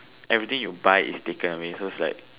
everything you buy is taken away so it's like